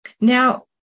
Now